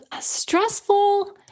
Stressful